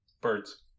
Birds